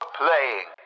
playing